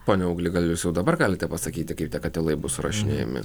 pone auglį gal jūs jau dabar galite pasakyti kaip tie katilai bus surašinėjami